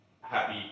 happy